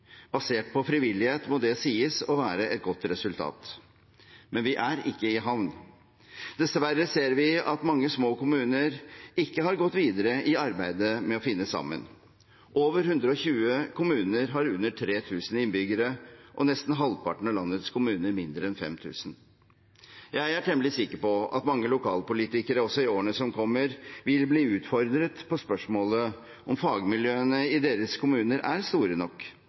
Basert på frivillighet må det sies å være et godt resultat, men vi er ikke i havn. Dessverre ser vi at mange små kommuner ikke har gått videre i arbeidet med å finne sammen. Over 120 kommuner har under 3 000 innbyggere og nesten halvparten av landets kommuner mindre enn 5 000. Jeg er temmelig sikker på at mange lokalpolitikere også i årene som kommer, vil bli utfordret på spørsmålet om fagmiljøene i deres kommune er store nok,